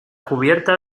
cubierta